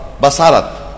basarat